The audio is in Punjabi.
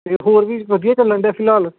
ਅਤੇ ਹੋਰ ਵੀ ਵਧੀਆ ਚੱਲਣ ਡਿਆ ਫਿਲਹਾਲ